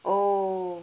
oo